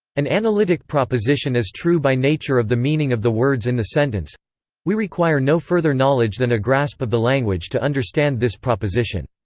an analytic proposition is true by nature of the meaning of the words in the sentence we require no further knowledge than a grasp of the language to understand this proposition.